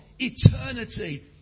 Eternity